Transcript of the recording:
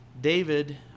David